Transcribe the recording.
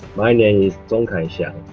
my name is zhongkai xiang.